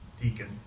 deacon